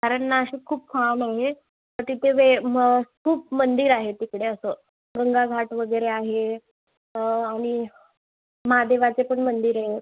कारण नाशिक खूप खाम आहे तर तिथे वे मग खूप मंदिर आहे तिकडे असं गंगाघाट वगैरे आहे आणि महादेवाचे पण मंदिर आहे